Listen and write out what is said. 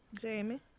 Jamie